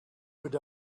would